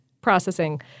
processing